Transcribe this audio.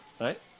right